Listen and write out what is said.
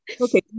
okay